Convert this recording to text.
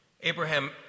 Abraham